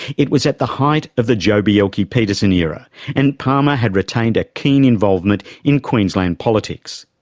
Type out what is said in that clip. it was at the height of the joh bjelke-petersen era and palmer had retained a keen involvement in queensland politics.